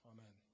Amen